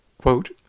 Quote